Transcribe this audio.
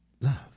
love